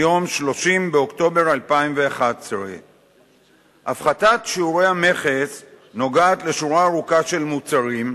מיום 30 באוקטובר 2011. הפחתת שיעורי המכס נוגעת לשורה ארוכה של מוצרים,